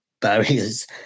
barriers